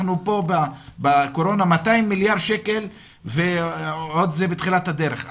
אנחנו פה בקורונה 200 מיליארד שקל וזה עוד בתחילת הדרך.